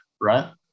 right